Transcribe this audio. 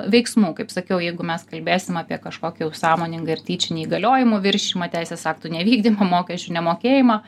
veiksmų kaip sakiau jeigu mes kalbėsim apie kažkokį jau sąmoningą ir tyčinį įgaliojimų viršijimą teisės aktų nevykdymą mokesčių nemokėjimą